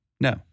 No